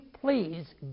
please